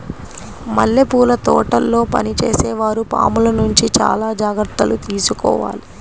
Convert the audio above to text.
మల్లెపూల తోటల్లో పనిచేసే వారు పాముల నుంచి చాలా జాగ్రత్తలు తీసుకోవాలి